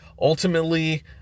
ultimately